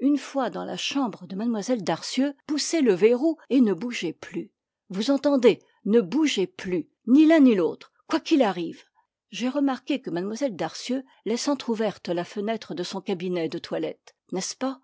une fois dans la chambre de mlle darcieux poussez le verrou et ne bougez plus vous entendez ne bougez plus ni l'un ni l'autre quoi qu'il arrive j'ai remarqué que mlle darcieux laisse entr'ouverte la fenêtre de son cabinet de toilette n'est-ce pas